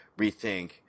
rethink